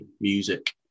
music